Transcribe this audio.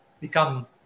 become